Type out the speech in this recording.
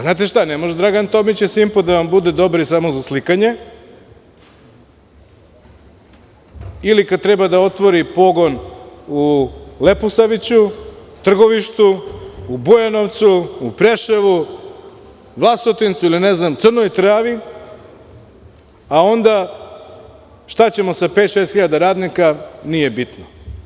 Znate šta, ne može Dragan Tomić i „Simpo“ da vam budu dobri samo za slikanje, ili kada treba da otvori pogon u Leposaviću, Trgovištu, u Bujanovcu, u Preševu, Vlasotincu, Crnoj Travi, a onda šta ćemo sa pet, šest hiljada radnika – nije bitno.